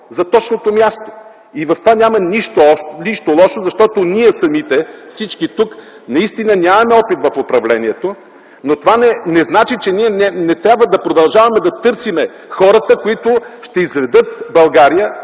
за точното място. В това няма нищо лошо, защото ние самите, всички тук, наистина нямаме опит в управлението, но това не значи, че не трябва да продължаваме да търсим хората, които ще изведат България